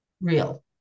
real